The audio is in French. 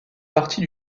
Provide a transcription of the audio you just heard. partie